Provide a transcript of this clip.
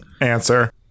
answer